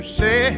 say